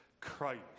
Christ